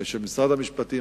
של משרד המשפטים,